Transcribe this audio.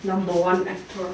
number one actor